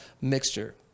mixture